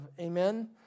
Amen